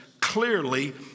clearly